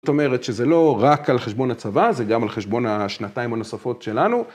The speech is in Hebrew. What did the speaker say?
זאת אומרת שזה לא רק על חשבון הצבא, זה גם על חשבון השנתיים הנוספות שלנו.